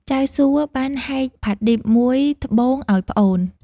ចៅសួបានហែកផាឌិបមួយត្បូងឱ្យប្អូន។